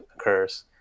occurs